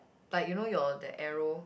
like you know your that arrow